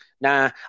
nah